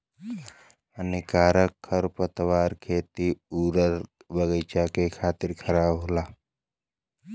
हानिकारक खरपतवार खेती आउर बगईचा क खातिर खराब होला